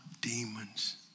demons